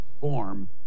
form